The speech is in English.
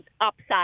upside